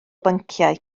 bynciau